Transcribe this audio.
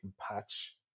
patch